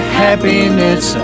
happiness